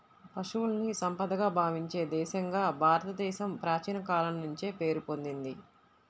పశువుల్ని సంపదగా భావించే దేశంగా భారతదేశం ప్రాచీన కాలం నుంచే పేరు పొందింది